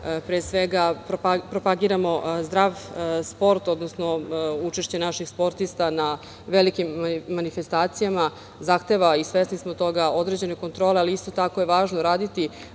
tome da propagiramo zdrav sport, odnosno učešće naših sportista na velikim manifestacijama, zahteva, i svesni smo toga, određene kontrole, ali isto tako je važno raditi